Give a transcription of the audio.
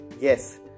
Yes